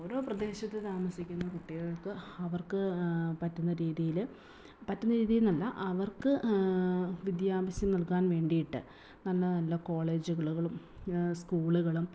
ഓരോ പ്രദേശത്ത് താമസിക്കുന്ന കുട്ടികൾക്ക് അവർക്ക് പറ്റുന്ന രീതിയിൽ പറ്റുന്ന രീതിയെന്നല്ല അവർക്ക് വിദ്യാഭ്യാസം നല്കാൻ വേണ്ടിയിട്ട് നല്ല നല്ല കോളേജുകളും സ്കൂളുകളും